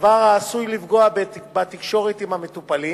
דבר העשוי לפגוע בתקשורת עם המטופלים